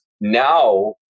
now